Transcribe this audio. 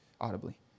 audibly